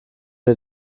wir